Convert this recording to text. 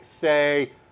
say